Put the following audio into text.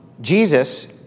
Jesus